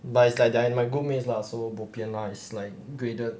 but it's like they are my group mates lah so bo pian lah it's like graded